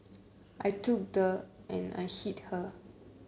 I took the and I hit her